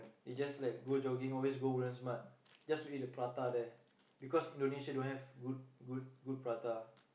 they just like go jogging always go Woodlands mart just to eat the prata there because Indonesia don't have good good good prata